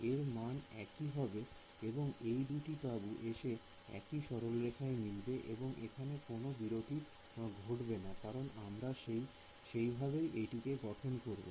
এর মান একি হবে এবং এই দুটি তাবু এসে একই সরলরেখায় মিলবে এবং এখানে কোন বিরতি ঘটবে না কারণ আমরা সেই ভাবেই এটিকে গঠন করেছি